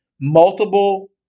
multiple